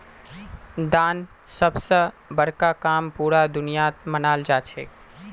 दान सब स बड़का काम पूरा दुनियात मनाल जाछेक